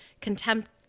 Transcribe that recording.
contempt